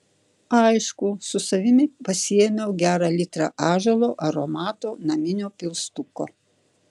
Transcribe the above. aišku su savimi pasiėmiau gerą litrą ąžuolo aromato naminio pilstuko